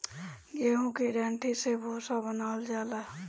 गेंहू की डाठी से भूसा बनावल जाला